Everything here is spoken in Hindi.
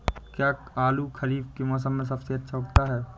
क्या आलू खरीफ के मौसम में सबसे अच्छा उगता है?